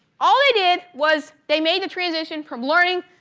all they did was, they made the transition from learning,